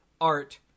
art